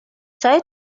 چای